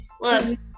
Look